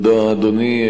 תודה, אדוני.